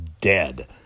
dead